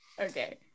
okay